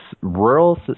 rural